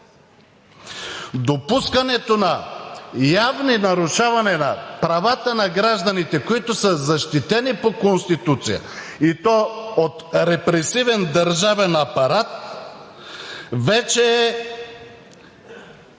Допускането на явно нарушаване на правата на гражданите, които са защитени по Конституция, и то от репресивен държавен апарат, вече е